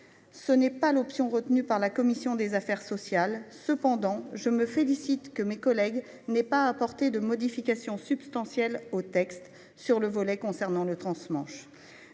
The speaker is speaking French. n'est pas l'option retenue par la commission des affaires sociales. Cependant, je me félicite que mes collègues n'aient pas apporté de modifications substantielles au texte sur le volet concernant le transmanche.